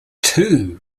too